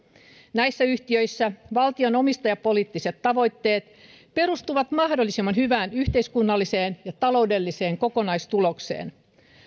näissä yhtiöissä valtion omistajapoliittiset tavoitteet perustuvat mahdollisimman hyvään yhteiskunnalliseen ja taloudelliseen kokonaistulokseen